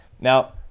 Now